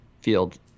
field